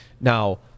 Now